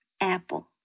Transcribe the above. apple